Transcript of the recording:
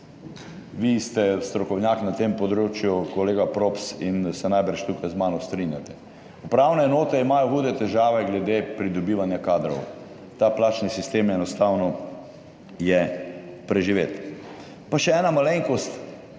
vi ste strokovnjak na tem področju, kolega Props, in se najbrž tukaj z mano strinjate. Upravne enote imajo hude težave glede pridobivanja kadrov. Ta plačni sistem enostavno je preživet. Pa še ena malenkost,